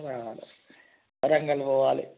రావాలి వరంగల్ పోవాలి